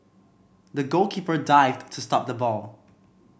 the goalkeeper dived to stop the ball